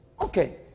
Okay